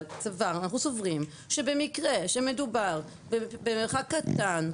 אבל סברנו, אנחנו סוברים שבמקרה שמדובר במרחק קטן,